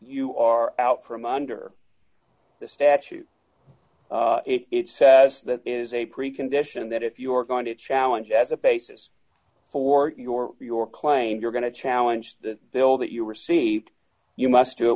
you are out from under the statute it says that is a precondition that if you are going to challenge as a basis for your your claim you're going to challenge the bill that you received you must do it